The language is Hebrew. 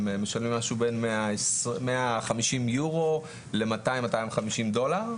הם משלמים בין 150 יורו ל-200-250 דולר,